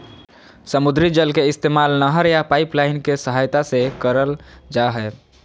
समुद्री जल के इस्तेमाल नहर या पाइपलाइन के सहायता से करल जा हय